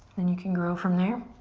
then you can grow from there.